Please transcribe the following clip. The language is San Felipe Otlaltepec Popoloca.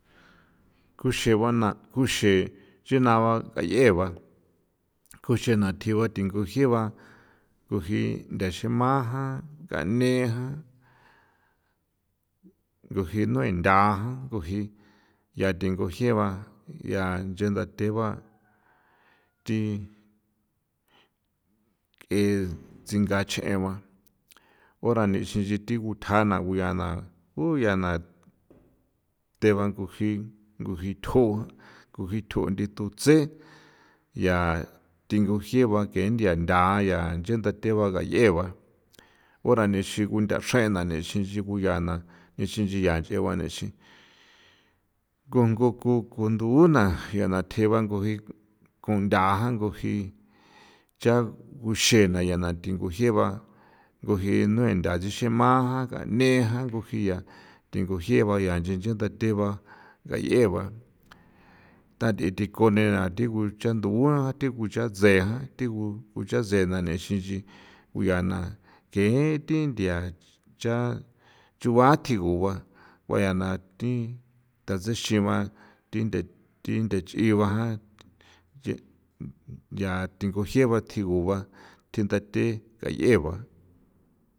Kuxeguaba na kuxe nche nua kayieba kuxen tsji ba thingo ka ba kuji ntha xema jma kañeja thi nue ntha já'an ncha thinguje ba ncha tenthate ba thi ke nchia gache ba ko yaa na the ba ko jii tsju dithusjen ncha thinguje ba nthia ntha jee ba the ba ngache ba kunthchre ba ixin ko yaa kun ko thugu na ncha na tsji ba thi ji kunthga thi ji ncha kuxena thi ko jee ba ko jii nue ntha dixema thinguxi ba dayee ba ntha thi dikon ni thi ko icha nthua ko chjan tsjee ja ixin nchi yee ke na ncha chua tsji ke jee ba kueya na thi thaxexi ba thi nthu chiyee ba ko jee ba tjiuba thi ntha gayie ba.